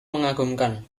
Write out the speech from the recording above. mengagumkan